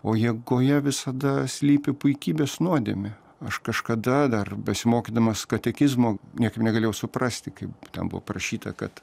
o jėgoje visada slypi puikybės nuodėmė aš kažkada dar besimokydamas katekizmo niekaip negalėjau suprasti kaip ten buvo parašyta kad